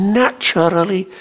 naturally